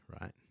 right